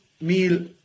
meal